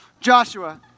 Joshua